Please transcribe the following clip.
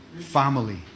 Family